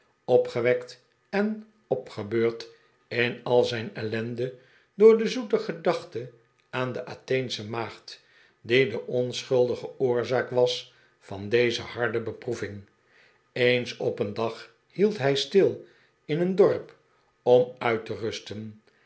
opgewekt en opgebeurd in al zijn ellende door de zoete gedachte aan de atheensche maagd die de onschuldige oorzaak was van deze harde beproeving eens op een dag hield hij stil in een dorp om uit te rusten